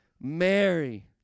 Mary